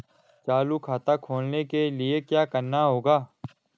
चालू खाता खोलने के लिए क्या करना होगा?